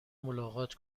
ملاقات